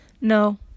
no